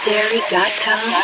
Dairy.com